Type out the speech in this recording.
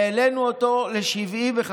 העלינו אותו ל-75%.